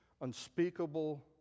unspeakable